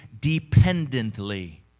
dependently